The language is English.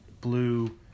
blue